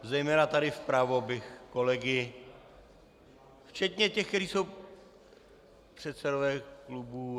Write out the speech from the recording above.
Zejména tady vpravo bych kolegy včetně těch, kteří jsou předsedové klubů!